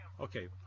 Okay